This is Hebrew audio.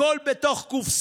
כלום לא קרה.